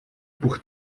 por